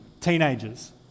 Teenagers